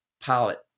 pilot